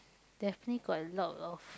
definitely got a lot of